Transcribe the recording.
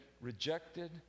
rejected